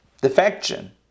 defection